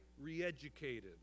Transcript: re-educated